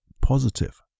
positive